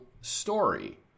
story